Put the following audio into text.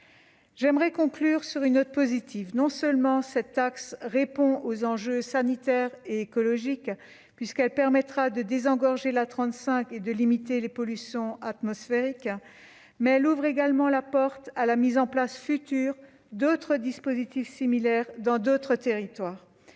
J'aimerais conclure sur une note positive : non seulement cette taxe répond aux enjeux sanitaires et écologiques, puisqu'elle désengorgera l'A35 et limitera la pollution atmosphérique, mais elle ouvre également la porte à la mise en place future d'autres dispositifs similaires dans d'autres territoires.